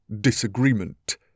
disagreement